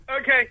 Okay